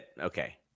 Okay